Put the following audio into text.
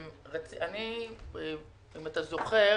אם אתה זוכר,